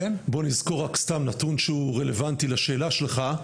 בוא נזכור רק סתם נתון שהוא רלוונטי לשאלה שלך,